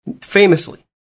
famously